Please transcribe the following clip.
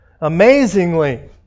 Amazingly